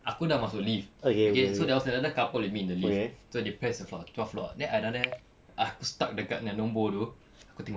aku dah masuk lift okay so there was another couple with me in the lift so they press the twelve floor then I down there aku stuck dekat dengan nombor tu aku tengok